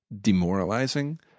demoralizing